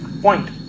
Point